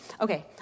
okay